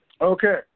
Okay